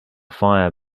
fire